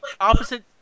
opposite